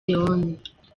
leone